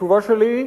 התשובה שלי,